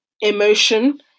emotion